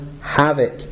havoc